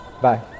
Bye